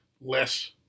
less